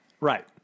Right